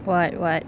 what what